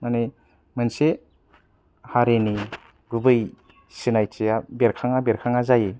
माने मोनसे हारिनि गुबै सिनायथिया बेरखाङा बेरखाङा जायो